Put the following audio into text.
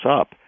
up